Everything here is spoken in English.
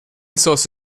source